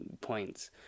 points